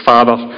Father